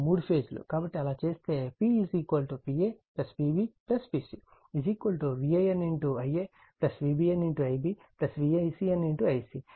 కాబట్టి అలా చేస్తే p pa pb pc VAN Ia VBN Ib VCN Ic